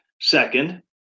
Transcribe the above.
Second